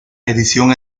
edición